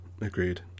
agreed